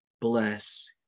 bless